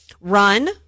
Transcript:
run